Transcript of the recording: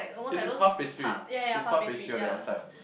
it's like puff pastry it's puff pastry on the outside